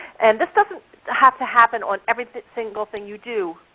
and this doesn't have to happen on every single thing you do.